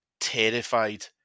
terrified